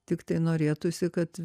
tiktai nori norėtųsi kad